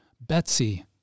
Betsy